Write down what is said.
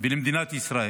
ולמדינת ישראל.